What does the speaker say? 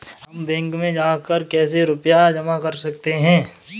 हम बैंक में जाकर कैसे रुपया जमा कर सकते हैं?